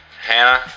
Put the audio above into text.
Hannah